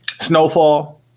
Snowfall